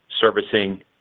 servicing